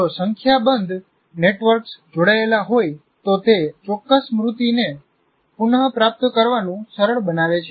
જો સંખ્યાબંધ નેટવર્ક્સ જોડાયેલા હોય તો તે ચોક્કસ સ્મૃતિ ને પુનપ્રાપ્ત કરવાનું સરળ બનાવે છે